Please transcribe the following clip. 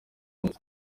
munsi